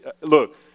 Look